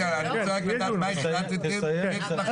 כן, יהיה דיון נוסף.